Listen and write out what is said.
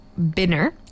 Binner